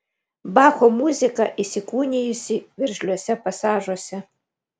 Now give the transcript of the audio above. bacho muzika įsikūnijusi veržliuose pasažuose